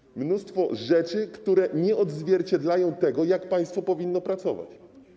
Jest tu mnóstwo rzeczy, które nie odzwierciedlają tego, jak państwo powinno pracować.